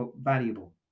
valuable